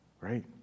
right